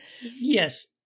Yes